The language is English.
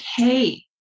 okay